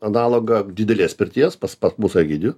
analogą didelės pirties pas pas mūsų egidijų